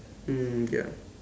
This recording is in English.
mm ya